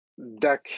dac